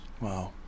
Wow